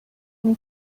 اون